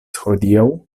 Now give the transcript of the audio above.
hodiaŭ